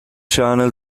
channel